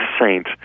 saint